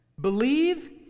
believe